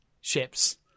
ships